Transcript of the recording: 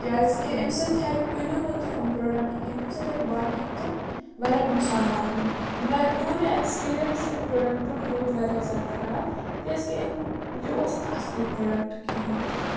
کیٛازِکہِ اَمہِ سۭتۍ کٕنِو مہٕ تُہۍ یِم پرٛوڈَکٹ کِہیٖنۍ اَمہِ سۭتۍ ہٮ۪کہِ باقیَن تہٕ واریاہ نُقصان واتنٲیِتھ مےٚ میون یہِ اٮ۪کٕسپیٖریَنٕس اَمہِ پرٛوڈَکٹُک روٗد واریاہ زیادٕ خراب کیٛازکہِ أمۍ یہِ اوس نہٕ اَصٕل یہِ پرٛوڈَکٹ کِہیٖنۍ تہٕ